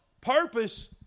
purpose